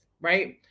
right